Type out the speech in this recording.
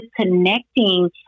connecting